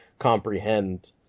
comprehend